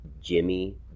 Jimmy